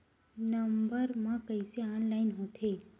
Number मा कइसे online होथे?